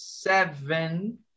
Seven